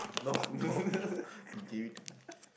no no you gave it to me